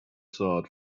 sword